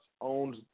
owns